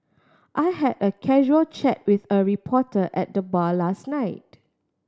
I had a casual chat with a reporter at the bar last night